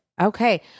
Okay